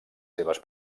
seves